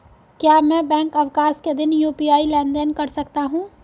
क्या मैं बैंक अवकाश के दिन यू.पी.आई लेनदेन कर सकता हूँ?